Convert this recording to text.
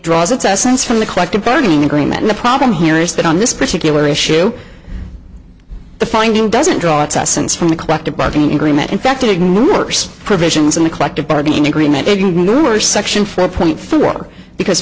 draws its essence from the collective bargaining agreement the problem here is that on this particular issue the finding doesn't draw its essence from the collective bargaining agreement in fact it ignores provisions in the collective bargaining agreement if you were section four point four because